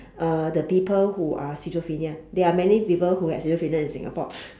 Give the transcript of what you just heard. uh the people who are schizophrenia there are many people who are schizophrenia in singapore